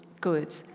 good